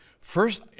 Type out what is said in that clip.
First